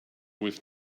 with